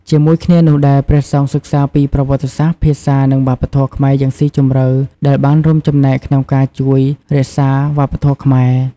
ជាមួយគ្នានោះដែរ ព្រះសង្ឃសិក្សាពីប្រវត្តិសាស្ត្រ ភាសា និងវប្បធម៌ខ្មែរយ៉ាងស៊ីជម្រៅ ដែលបានរួមចំណែកក្នុងការជួយរក្សាវប្បធម៌ខ្មែរ។